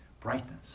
brightness